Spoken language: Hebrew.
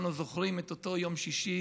כולנו זוכרים את אותו יום שישי